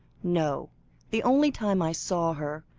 no the only time i saw her,